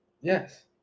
Yes